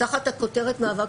תחת הכותרת "מאבק